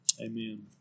amen